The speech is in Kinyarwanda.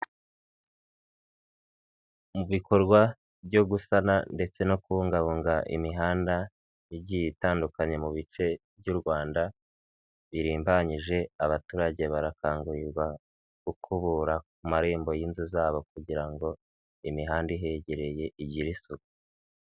Mu bikorwa byo gusana ndetse no kubungabunga imihanda igiye itandukanye mu bice by'u Rwanda birimbanyije, abaturage barakangurirwa gukubura ku marembo y'inzu zabo kugira ngo imihanda ihegereye igire isuku.